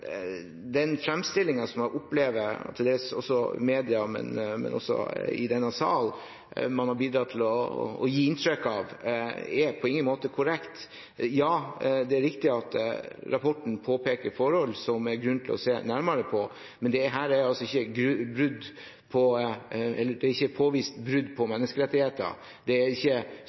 til dels i media, men også i denne sal, har bidratt til, på ingen måte er korrekt. Ja, det er riktig at rapporten påpeker forhold som det er grunn til å se nærmere på, men det er ikke påvist brudd på menneskerettighetene, og det er ikke